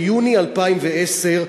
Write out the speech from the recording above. ביוני 2010,